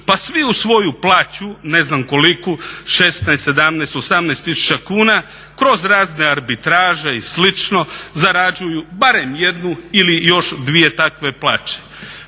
Pa svi uz svoju plaću ne znam koliku 16, 17, 18 tisuća kuna kroz razne arbitraže i slično zarađuju barem jednu ili još dvije takve plaće.